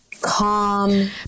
calm